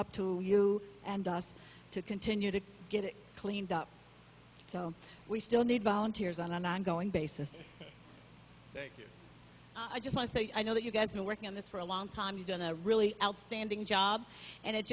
up to you and us to continue to get it cleaned up so we still need volunteers on an ongoing basis i just must say i know that you guys been working on this for a long time you've done a really outstanding job and it